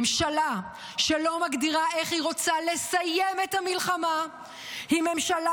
ממשלה שלא מגדירה איך היא רוצה לסיים את המלחמה היא ממשלה